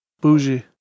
bougie